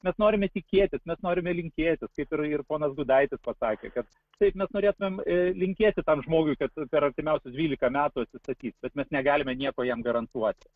mes norime tikėtis mes norime linkėti kaip ir ir ponas gudaitis pasakė kad taip mes norėtumėm linkėti tam žmogui kad per artimiausius dvylika metų atsistatys bet mes negalime nieko jam garantuoti